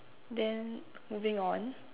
then moving on